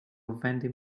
vending